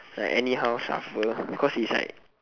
like anyhow shuffle cause it's like